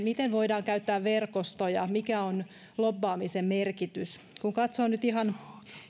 miten voidaan käyttää verkostoja mikä on lobbaamisen merkitys kun katsoo nyt ihan